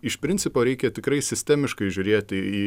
iš principo reikia tikrai sistemiškai žiūrėti į